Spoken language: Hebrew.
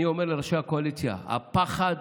אני אומר לראשי הקואליציה: הפחד